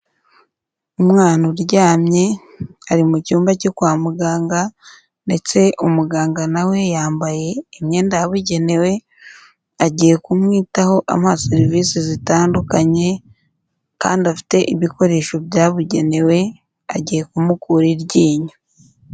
Umwana uryamye ari mu cyumba cyo kwa muganga ndetse umuganga nawe we yambaye imyenda yabugenewe agiye kumwitaho amuha serivisi zitandukanye kandi afite ibikoresho byabugenewe agiye kumukura iryinyo.